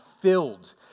filled